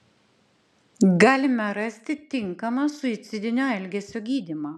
galime rasti tinkamą suicidinio elgesio gydymą